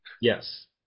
Yes